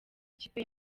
ikipe